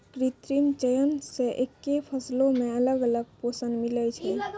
कृत्रिम चयन से एक्के फसलो मे अलग अलग पोषण मिलै छै